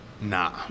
Nah